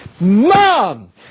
Mom